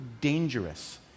dangerous